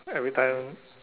everytime